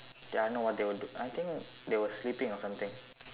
ya I know what they were do~ I think they were sleeping or something